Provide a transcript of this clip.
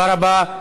תודה רבה.